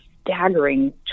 staggering